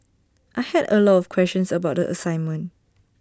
I had A lot of questions about the assignment